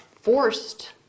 forced